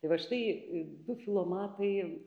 tai va štai du filomatai